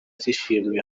z’ishimwe